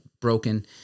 broken